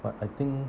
but I think